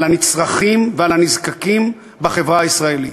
על הנצרכים ועל הנזקקים בחברה הישראלית.